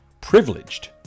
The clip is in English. privileged